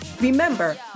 Remember